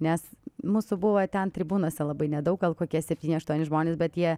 nes mūsų buvo ten tribūnose labai nedaug gal kokie septyni aštuoni žmonės bet jie